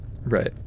Right